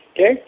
okay